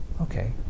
Okay